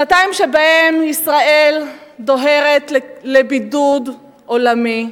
שנתיים שבהן ישראל דוהרת לבידוד עולמי,